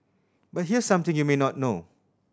but here's something you may not know